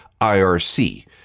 IRC